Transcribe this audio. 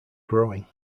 growing